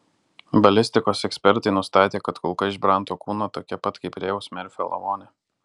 balistikos ekspertai nustatė kad kulka iš branto kūno tokia pat kaip rėjaus merfio lavone